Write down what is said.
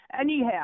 Anyhow